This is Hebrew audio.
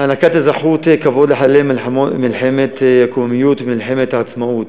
הענקת אזרחות כבוד לחיילי מלחמת הקוממיות ומלחמת העצמאות,